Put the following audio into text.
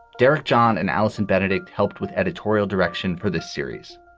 derek john and alison benedict helped with editorial direction for the series.